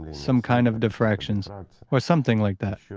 some kind of diffractions or something like that,